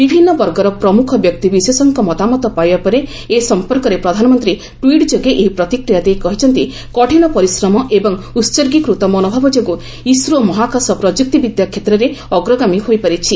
ବିଭିନ୍ନ ବର୍ଗର ପ୍ରମୁଖ ବ୍ୟକ୍ତିବିଶେଷଙ୍କ ମତାମତ ପାଇବା ପରେ ଏ ସମ୍ପର୍କରେ ପ୍ରଧାନମନ୍ତ୍ରୀ ଟ୍ୱିଟ୍ ଯୋଗେ ଏହି ପ୍ରତିକ୍ରିୟା ଦେଇ କହିଛନ୍ତି କଠିନ ପରିଶ୍ରମ ଏବଂ ଉତ୍ଗୀକୃତ ମନୋଭାବ ଯୋଗୁଁ ଇସ୍ରୋ ମହାକାଶ ପ୍ରଯୁକ୍ତି ବିଦ୍ୟା କ୍ଷେତ୍ରରେ ଅଗ୍ରଗାମୀ ହୋଇପାରିଛି